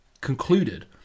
concluded